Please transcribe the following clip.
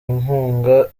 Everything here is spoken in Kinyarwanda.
nkunga